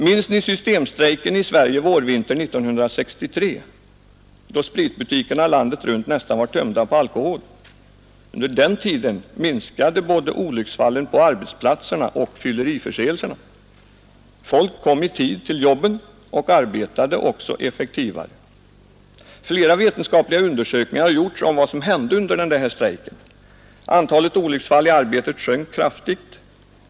Minns ni systemstrejken i Sverige vårvintern 1963, då spritbutikerna landet runt nästan var tömda på alkohol? Under den tiden minskade både olycksfallen på arbetsplatserna och fylleriförseelserna. Folk kom i tid till jobben och arbetade effektivare. Flera vetenskapliga undersökningar har gjorts om vad som hände under strejken. Antalet olycksfall i arbetet sjönk kraftigt.